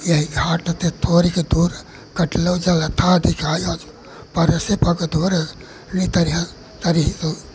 यही घाट ते तोरी के तूर कटलऊ जलथा दिखाय पर से पग धूर नितरिहें तरही दूर